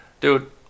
dude